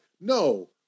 no